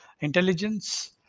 Intelligence